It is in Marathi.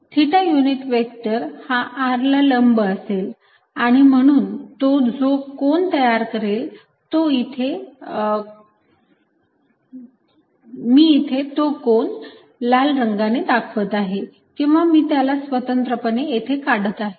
थिटा युनिट व्हेक्टर हा r ला लंब असेल आणि म्हणून तो जो कोन तयार करेल मी इथे तो कोण लाल रंगाने दाखवत आहे किंवा मी त्याला स्वतंत्रपणे येथे काढत आहे